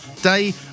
day